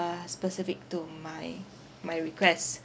specific to my my requests